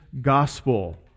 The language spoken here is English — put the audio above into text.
Gospel